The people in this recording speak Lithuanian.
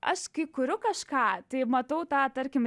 aš kai kuriu kažką tai matau tą tarkim